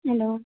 hello